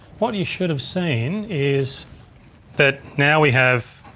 what you should have seen is that now we have.